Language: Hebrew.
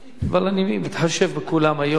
אבל אני מתחשב בכולם היום.